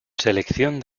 selección